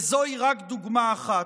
וזוהי רק דוגמה אחת.